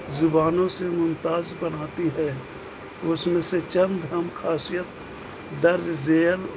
زبانوں سے ممتاز بناتی ہے اس میں سے چند اہم خاصیت درج ذیل